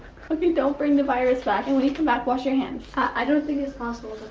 hope you don't bring the virus back, and when you comeback wash your hands. i don't think is possible